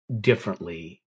differently